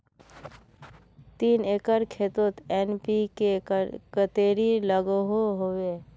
तीन एकर खेतोत एन.पी.के कतेरी लागोहो होबे?